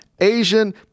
asian